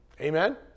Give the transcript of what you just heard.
Amen